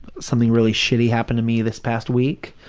something really shitty happened to me this past week.